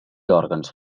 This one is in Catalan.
òrgans